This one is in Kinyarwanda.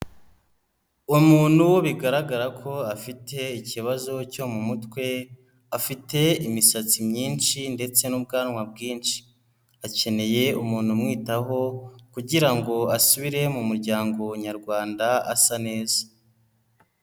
Umuntu bigaragara ko afite ikibazo cyo mu mutwe, afite imisatsi myinshi ndetse n'ubwanwa bwinshi, akeneye umuntu umwitaho kugira ngo asubire mu muryango Nyarwanda asa neza.